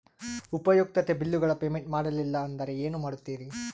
ಉಪಯುಕ್ತತೆ ಬಿಲ್ಲುಗಳ ಪೇಮೆಂಟ್ ಮಾಡಲಿಲ್ಲ ಅಂದರೆ ಏನು ಮಾಡುತ್ತೇರಿ?